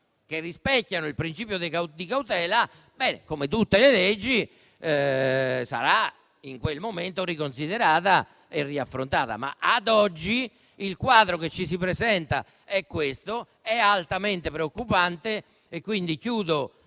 che rispecchiano il principio di cautela, come per tutte le leggi essa sarà in quel momento riconsiderata e riaffrontata, ma ad oggi il quadro che ci si presenta è questo ed è altamente preoccupante. Chiudo,